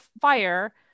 fire